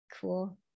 Cool